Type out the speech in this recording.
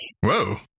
Whoa